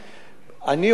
אני אומר לך באחריות,